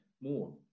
more